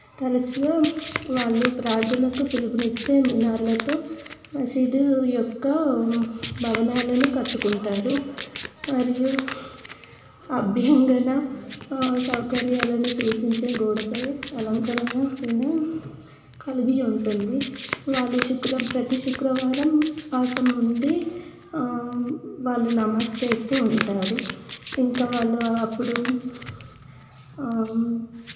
తరచుగా వాళ్ళు ప్రార్థనకు పిలుపునిచ్చే మినార్లతో మసీదు యొక్క భవనాలను కట్టుకుంటారు మరియు అభ్యంగన సౌకర్యాలను సూచించే గోడపై అలంకరణను కలిగి ఉంటుంది వాళ్ళు శుక్రం ప్రతి శుక్రవారం ఉపవాసం వండి వారు నమాజ్ చేస్తూ ఉంటారు ఇంకా వాళ్ళు అప్పుడు